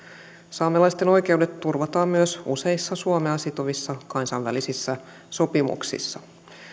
saamelaisten oikeudet turvataan myös useissa suomea sitovissa kansainvälisissä sopimuksissa